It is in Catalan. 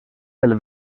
del